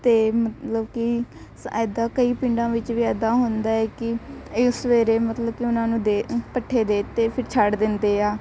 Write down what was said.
ਅਤੇ ਮਤਲਬ ਕਿ ਸ ਇੱਦਾਂ ਕਈ ਪਿੰਡਾਂ ਵਿੱਚ ਵੀ ਇੱਦਾਂ ਹੁੰਦਾ ਏ ਕਿ ਇਹ ਸਵੇਰੇ ਮਤਲਬ ਕਿ ਉਹਨਾਂ ਨੂੰ ਦੇ ਪੱਠੇ ਦੇ ਤੇ ਫਿਰ ਛੱਡ ਦਿੰਦੇ ਆ